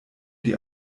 die